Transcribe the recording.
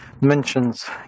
mentions